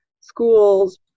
schools